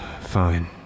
fine